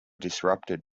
disrupted